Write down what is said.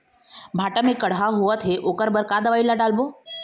भांटा मे कड़हा होअत हे ओकर बर का दवई ला डालबो?